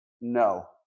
No